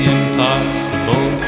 impossible